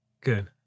Good